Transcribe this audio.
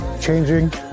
changing